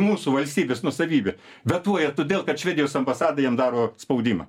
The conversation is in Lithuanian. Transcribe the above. mūsų valstybės nuosavybė vetuoja todėl kad švedijos ambasada jiem daro spaudimą